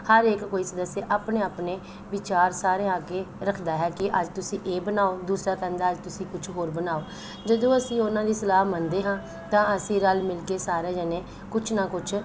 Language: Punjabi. ਹਰ ਇਕ ਕੋਈ ਸਦੱਸਅ ਆਪਣੇ ਆਪਣੇ ਵਿਚਾਰ ਸਾਰਿਆਂ ਅੱਗੇ ਰੱਖਦਾ ਹੈ ਕਿ ਅੱਜ ਤੁਸੀਂ ਇਹ ਬਣਾਓ ਦੂਸਰਾ ਕਹਿੰਦਾ ਅੱਜ ਤੁਸੀਂ ਕੁਛ ਹੋਰ ਬਣਾਓ ਜਦੋਂ ਅਸੀਂ ਉਹਨਾਂ ਦੀ ਸਲਾਹ ਮੰਨਦੇ ਹਾਂ ਤਾਂ ਅਸੀਂ ਰਲ ਮਿਲ ਕੇ ਸਾਰੇ ਜਣੇ ਕੁਛ ਨਾ ਕੁਛ